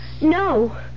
No